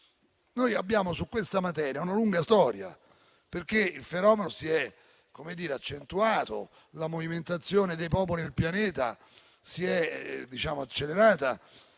Noi abbiamo su questa materia una lunga storia, perché il fenomeno si è accentuato e la movimentazione dei popoli nel pianeta si è accelerata